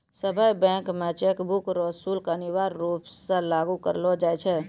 सभ्भे बैंक मे चेकबुक रो शुल्क अनिवार्य रूप से लागू करलो जाय छै